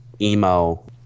emo